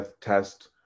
test